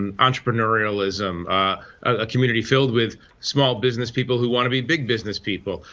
and entrepreneurialism, a community filled with small business people who want to be big business people.